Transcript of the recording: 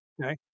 Okay